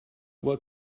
what